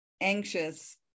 anxious